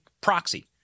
proxy